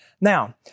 Now